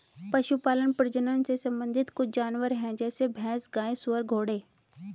पशुपालन प्रजनन से संबंधित कुछ जानवर है जैसे भैंस, गाय, सुअर, घोड़े